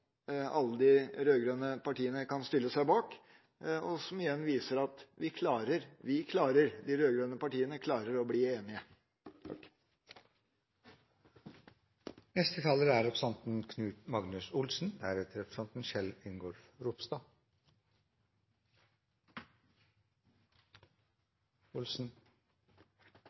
alle de rød-grønne partiene kan stille seg bak, og som igjen viser at vi – de rød-grønne partiene – klarer å bli enige.